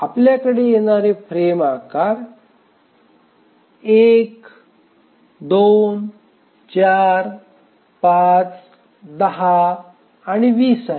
आपल्याकडे येणारे फ्रेम आकार १ २४५१० आणि २० आहेत